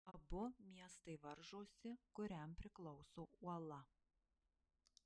abu miestai varžosi kuriam priklauso uola